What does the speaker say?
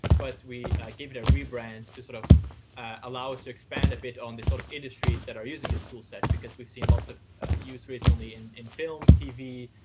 but we gave it a rebrand to sort of allow us to expand a bit on the sort of industries that are using this toolset, because we've seen lots of use recently and in film, tv,